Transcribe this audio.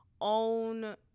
own